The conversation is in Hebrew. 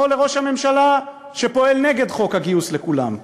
או לראש הממשלה שפועל נגד חוק הגיוס לכולם?